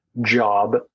job